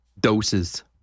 Doses